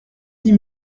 dix